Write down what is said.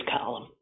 column